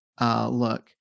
look